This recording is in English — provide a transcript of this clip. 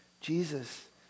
Jesus